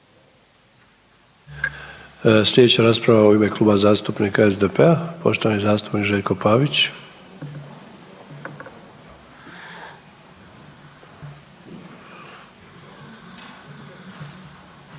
Sljedeća rasprava je u ime Kluba zastupnika HDZ-a poštovani zastupnik Jure Brkan.